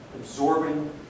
absorbing